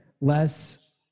less